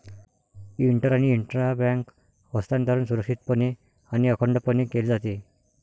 inter आणि intra bank हस्तांतरण सुरक्षितपणे आणि अखंडपणे केले जाते